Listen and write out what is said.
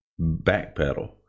backpedal